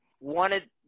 wanted